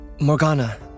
Morgana